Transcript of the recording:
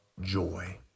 joy